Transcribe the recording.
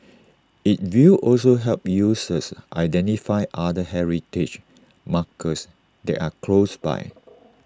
IT will also help users identify other heritage markers that are close by